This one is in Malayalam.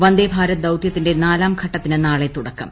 വന്ദേ ഭാരത് ദൌതൃത്തിന്റെ നാലാം ഘട്ടത്തിന് നാളെ തൂടക്കം